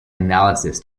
analysis